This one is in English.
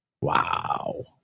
Wow